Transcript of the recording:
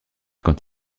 quand